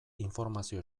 informazio